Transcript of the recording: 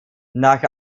nach